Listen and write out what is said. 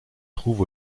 trouve